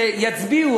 שיצביעו,